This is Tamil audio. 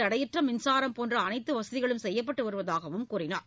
தடையற்ற மின்சாரம் போன்ற அனைத்து வசதிகளும் செய்யப்பட்டு வருவதாக கூறினார்